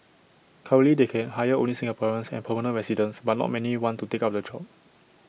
currently they can hire only Singaporeans and permanent residents but not many want to take up the job